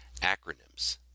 Acronyms